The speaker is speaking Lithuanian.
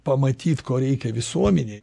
pamatyt ko reikia visuomenei